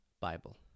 Bible